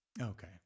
Okay